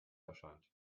erscheint